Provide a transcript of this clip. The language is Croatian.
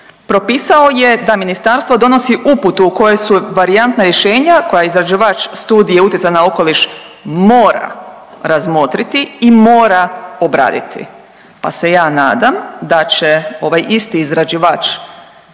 propisao je da ministarstvo donosi uputu u kojoj su varijantna rješenja koja izrađivač studije utjecaja na okoliš mora razmotriti i mora obraditi, pa se ja nadam da će ovaj isti izrađivač